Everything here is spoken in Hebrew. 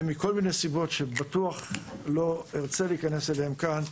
מכל מיני סיבות שבטוח לא ארצה להיכנס לזה כאן,